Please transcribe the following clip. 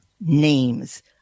names